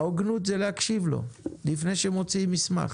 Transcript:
ההוגנות זה להקשיב לו לפני שמוציאים מסמך.